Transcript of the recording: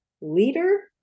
leader